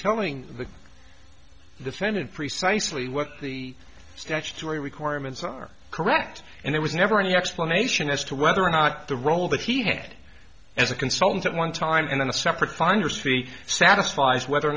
telling the the feminine precisely what the statutory requirements are correct and there was never an explanation as to whether or not the role that he had as a consultant at one time in a separate finder's fee satisfies whether or